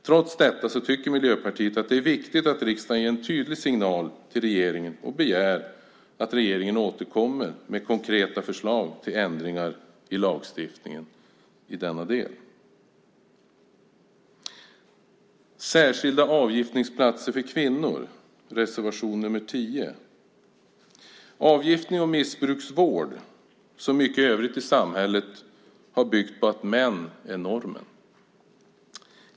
Trots detta tycker Miljöpartiet att det är viktigt att riksdagen ger en tydlig signal till regeringen och begär att regeringen återkommer med konkreta förslag till ändringar i lagstiftningen i denna del. Reservation nr 10 handlar om särskilda avgiftningsplatser för kvinnor. Avgiftning och missbruksvård har, som mycket övrigt i samhället, byggt på att män är normen.